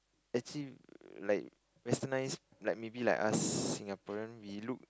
actually like westernised like maybe like us Singaporeans we look